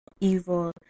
evil